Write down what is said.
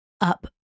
up